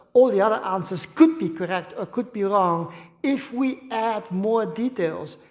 all the other answers could be correct ah could be wrong if we add more details,